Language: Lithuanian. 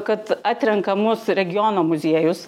kad atrenka mūsų regiono muziejus